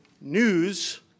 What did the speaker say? news